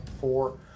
four